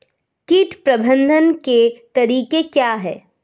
कीट प्रबंधन के तरीके क्या हैं?